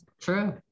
true